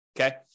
okay